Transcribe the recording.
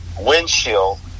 windshield